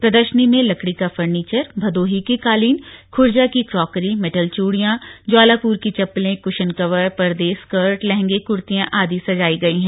प्रदर्शनी में लकड़ी का फर्नीचर भदोही की कालीन खूर्जा की क्रॉकरी मेटल चूड़ियां ज्वालापुर की चप्पलें कृशन कवर पर्दे स्कर्ट लहंगे कुर्तियां आदि सजाई गई हैं